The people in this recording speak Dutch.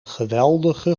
geweldige